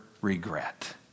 regret